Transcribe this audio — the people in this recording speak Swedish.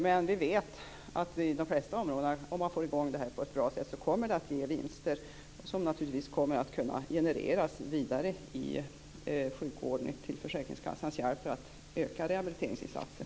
Men vi vet att detta kommer att ge vinster på de flesta områden om det kommer i gång på ett bra sätt. Dessa vinster kommer naturligtvis att kunna genereras vidare i sjukvården till hjälp för försäkringskassan att öka rehabiliteringsinsatsen.